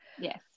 Yes